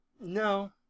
No